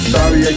Sorry